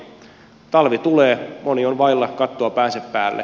talvi tulee moni on vailla kattoa päänsä päälle